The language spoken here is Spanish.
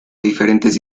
diferentes